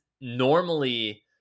normally